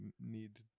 need